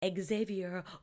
Xavier